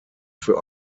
für